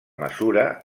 mesura